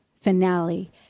finale